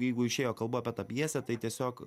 jeigu išėjo kalba apie tą pjesę tai tiesiog